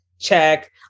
Check